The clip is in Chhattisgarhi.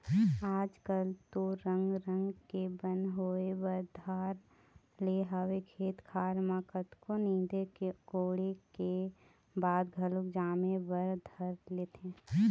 आज कल तो रंग रंग के बन होय बर धर ले हवय खेत खार म कतको नींदे कोड़े के बाद घलोक जामे बर धर लेथे